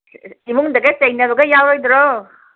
ꯏꯃꯨꯡꯗꯒ ꯆꯩꯅꯕꯒ ꯌꯥꯎꯔꯣꯏꯗ꯭ꯔꯣ